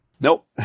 Nope